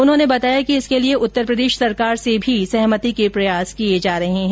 उन्होंने बताया कि इसके लिए उत्तरप्रदेश सरकार से भी सहमति के प्रयास किए जा रहे है